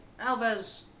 Alves